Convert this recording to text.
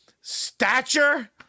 stature